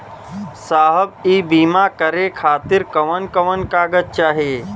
साहब इ बीमा करें खातिर कवन कवन कागज चाही?